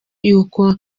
yuko